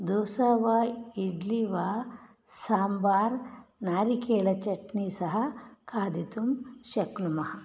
दोसा वा इड्ली वा साम्बार् नारिकेलचट्नी सह खादितुं शक्नुमः